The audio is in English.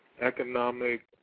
economic